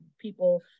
people